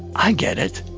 i get it,